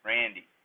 Randy